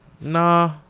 nah